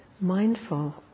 mindful